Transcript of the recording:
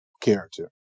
character